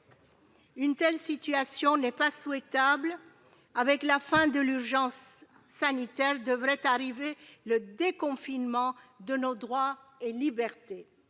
Une telle situation n'est pas souhaitable. Avec la fin de l'urgence sanitaire, devrait arriver le déconfinement de nos droits et libertés.